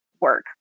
work